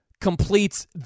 completes